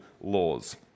laws